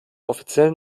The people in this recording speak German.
offiziellen